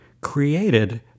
created